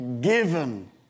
given